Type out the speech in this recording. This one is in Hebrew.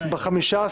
ב-15